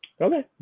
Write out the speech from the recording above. Okay